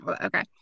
Okay